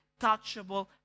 touchable